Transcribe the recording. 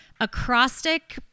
acrostic